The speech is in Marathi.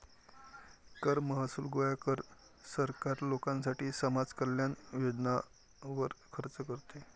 कर महसूल गोळा कर, सरकार लोकांसाठी समाज कल्याण योजनांवर खर्च करते